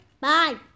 Bye